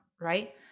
right